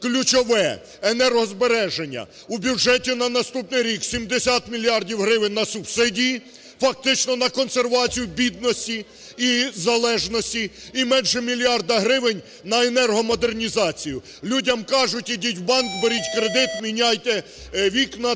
Ключове: енергозбереження. У бюджеті на наступний рік 70 мільярдів гривень на субсидії - фактично на "консервацію" бідності і залежності, - і менше мільярда гривень на енергомодернізацію. Людям кажуть: "Ідіть в банк, беріть кредит, міняйте вікна,